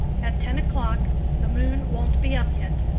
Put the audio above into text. at ten o'clock the moon won't be up yet.